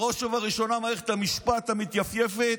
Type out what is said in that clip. בראש ובראשונה מערכת המשפט המתייפייפת,